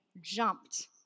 jumped